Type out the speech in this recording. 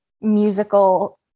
musical